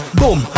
boom